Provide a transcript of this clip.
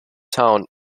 town